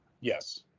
Yes